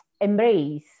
embrace